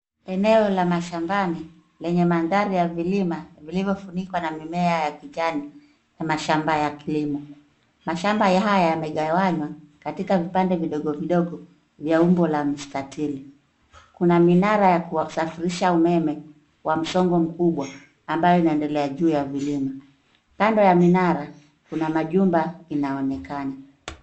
Eneo la mashambani lenye mandhari ya vilima vilivyofunikwa na mimea ya kijani na mashamba ya kilimo. Mashamba haya yamegawanywa katika vipande vidogo vidogo vya umbo la mstatili. Kuna minara ya kusafirisha umeme wa msongo mkubwa ambayo inaendelea juu ya vilima. Kando ya minara, kuna majumba inaonekana.